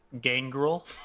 Gangrel